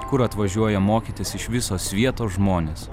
kur atvažiuoja mokytis iš visos vietos žmonės